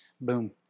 Boom